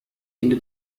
into